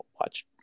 watch